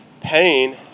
pain